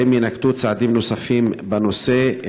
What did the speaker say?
2. האם יינקטו צעדים נוספים בנושא?